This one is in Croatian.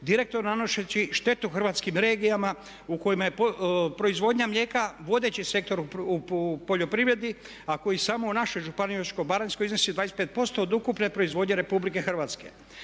direktno nanoseći štetu hrvatskim regijama u kojima je proizvodnja mlijeka vodeći sektor u poljoprivredi a koji samo u našoj županiji Osječko-baranjskoj iznosi 25% od ukupne proizvodnje RH.